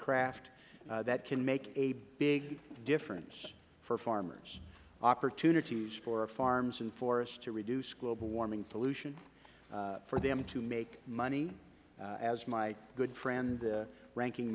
craft that can make a big difference for farmers opportunities for farms and forests to reduce global warming pollution for them to make money as my good friend the ranking